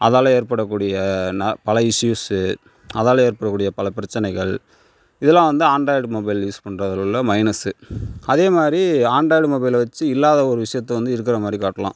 அதால் ஏற்படக்கூடிய பல இஸ்யூஸ்சு அதால் ஏற்படக்கூடிய பல பிரச்சினைகள் இதெல்லாம் வந்து ஆண்ட்ராய்டு மொபைல் யூஸ் பண்றதில் உள்ள மைனஸ் அதேமாதிரி ஆண்ட்ராய்டு மொபைல் வச்சு இல்லாத ஒரு விஷயத்த வந்து இருக்கிற மாதி ரி காட்டலாம்